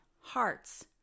hearts